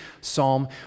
Psalm